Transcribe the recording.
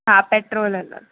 हा पेट्रोल अलॻि